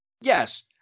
Yes